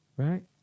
right